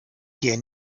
hier